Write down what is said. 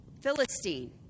Philistine